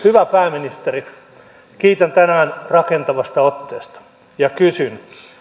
hyvä pääministeri kiitän rakentavasta otteesta tänään ja kysyn